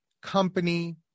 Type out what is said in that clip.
company